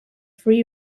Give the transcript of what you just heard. free